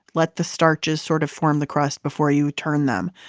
let the starches sort of form the crust before you turn them.